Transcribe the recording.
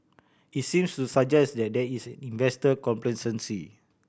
it's seems to suggest that there is investor complacency